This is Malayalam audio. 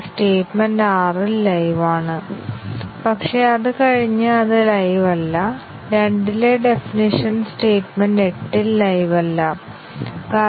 അതിനാൽ നമുക്ക് മക്കാബിന്റെ മെട്രിക് കണക്കുകൂട്ടാൻ കഴിയുമെങ്കിൽ പാത്ത് കവറേജ് നേടാൻ എത്ര ടെസ്റ്റ് കേസുകൾ ആവശ്യമാണെന്ന് അത് നമ്മോട് പറയുന്നു